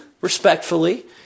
respectfully